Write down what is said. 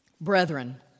Brethren